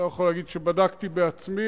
אני לא יכול להגיד שבדקתי בעצמי,